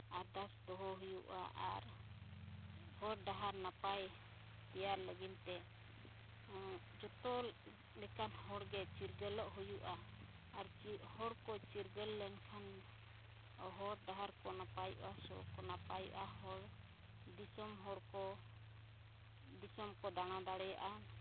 ᱟᱨᱫᱟᱥ ᱫᱚᱦᱚᱭ ᱦᱩᱭᱩᱜᱼᱟ ᱟᱨ ᱦᱚᱨ ᱰᱟᱦᱟᱨ ᱱᱟᱯᱟᱭ ᱛᱮᱭᱟᱨ ᱞᱟᱹᱜᱤᱫ ᱛᱮ ᱡᱚᱛᱚ ᱞᱮᱠᱟᱱ ᱦᱚᱲᱜᱮ ᱪᱤᱨᱜᱟᱹᱞᱚᱜ ᱦᱩᱭᱩᱜᱼᱟ ᱟᱨ ᱦᱚᱲ ᱠᱚ ᱪᱤᱨᱜᱟᱹᱞ ᱞᱮᱱᱠᱷᱟᱱ ᱦᱚᱨ ᱰᱟᱦᱟᱨ ᱠᱚ ᱱᱟᱯᱟᱭᱚᱜᱼᱟ ᱥᱚᱲᱚᱠ ᱠᱚ ᱱᱟᱯᱟᱭᱚᱜᱼᱟ ᱦᱚᱲ ᱫᱤᱥᱚᱢ ᱦᱚᱲ ᱠᱚ ᱫᱤᱥᱚᱢ ᱠᱚ ᱫᱟᱬᱟ ᱫᱟᱲᱮᱭᱟᱜᱼᱟ